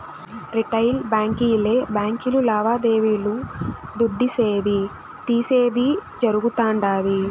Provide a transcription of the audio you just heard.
retail బాంకీలే బాంకీలు లావాదేవీలు దుడ్డిసేది, తీసేది జరగుతుండాది